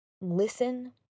listen